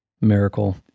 miracle